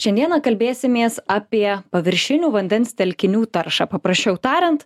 šiandieną kalbėsimės apie paviršinių vandens telkinių taršą paprasčiau tariant